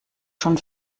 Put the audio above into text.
schon